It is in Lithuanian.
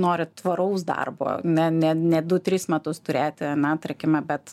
nori tvaraus darbo ne ne ne du tris metus turėti ane tarkime bet